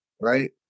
right